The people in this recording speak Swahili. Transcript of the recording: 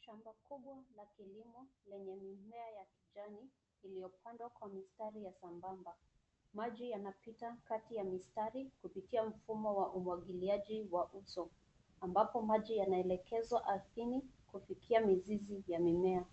Shamba kubwa la kilimo lenye mimea ya kijani iliyo pandwa kwa mistari sambamba. Maji yanapita kati ya mistari kupitia mfumo wa umwagliaji wa uso ambako maji yanaelekezwa ardhini kufikia mizizi ya mimea.